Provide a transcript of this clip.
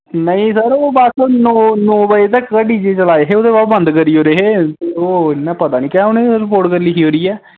नेईं सर नौ बज़े तक डी जे चला दे हे ओह्दे बाद बंद करी ओड़े हे उ'नें पता निं कैंह् रपोर्ट लिखी ओड़ी ऐ